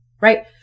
right